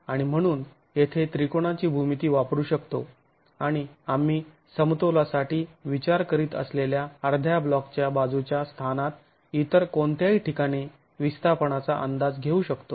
आणि म्हणून येथे त्रिकोणाची भूमिती वापरू शकतो आणि आम्ही समतोलासाठी विचार करीत असलेल्या अर्ध्या ब्लॉकच्या बाजूच्या स्थानात इतर कोणत्याही ठिकाणी विस्थापनाचा अंदाज घेऊ शकतो